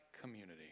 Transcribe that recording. community